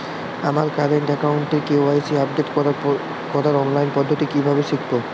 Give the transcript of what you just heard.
আমার কারেন্ট অ্যাকাউন্টের KYC update করার অনলাইন পদ্ধতি কীভাবে শিখব?